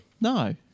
No